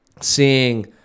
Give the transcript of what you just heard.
seeing